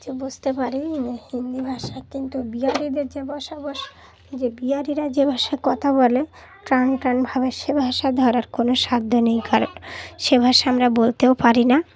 যে বুঝতে পারি হিন্দি ভাষা কিন্তু বিহারিদের যে বসবাস যে বিহারিরা যে ভাষায় কথা বলে টানটানভাবে সে ভাষা ধরার কোনো সাধ্য নেই কারুর সে ভাষা আমরা বলতেও পারি না